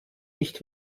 nicht